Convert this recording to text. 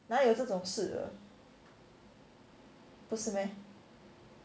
哪里有这种事的不是 meh